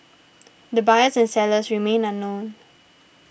the buyers and sellers remain unknown